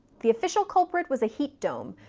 the official culprit was a heat dome,